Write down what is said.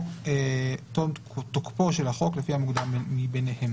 או תום תוקפו של החוק, לפי המוקדם מביניהם".